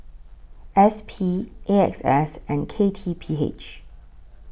S P A X S and K T P H